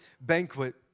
banquet